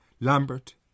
Lambert